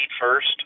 first